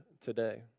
today